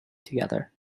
together